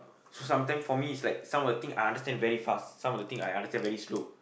sometime for me is like some of the thing I understand very fast some of the thing I understand very slow